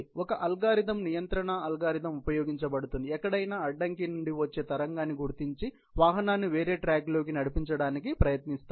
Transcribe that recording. ఒక అల్గోరిథం నియంత్రణ అల్గోరిథం ఉపయోగించబడుతుంది ఎక్కడైనా అడ్డంకి నుండి వచ్చే తరంగాన్నీ గుర్తించి వాహనాన్ని వేరే ట్రాక్లోకి నడిపించడానికి ప్రయత్నించారు